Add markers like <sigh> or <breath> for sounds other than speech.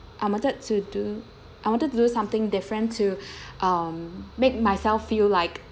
I wanted to do I wanted to do something different to <breath> um make myself feel like